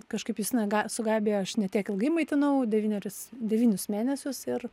kažkaip justina ga su gabija aš ne tiek ilgai maitinau devynerius devynius mėnesius ir